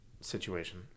situation